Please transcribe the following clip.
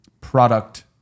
product